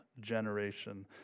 generation